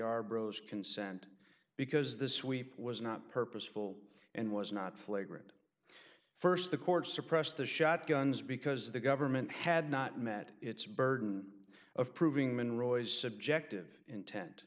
yarborough's consent because the sweep was not purposeful and was not flagrant st the court suppressed the shotgun's because the government had not met its burden of proving man roy's subjective intent